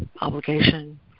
obligation